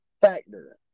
factor